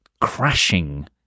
Crashing